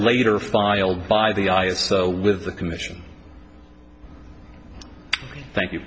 later filed by the i s o with the commission thank you